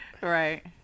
right